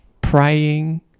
praying